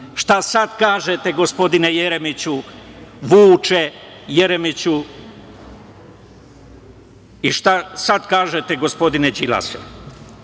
Šta sad kažete gospodine Jeremiću, Vuče Jeremiću i šta sad kažete gospodine